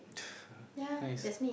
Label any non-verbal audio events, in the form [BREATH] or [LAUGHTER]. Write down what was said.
[BREATH] nice